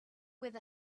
with